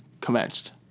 commenced